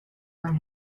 for